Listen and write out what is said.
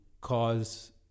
cause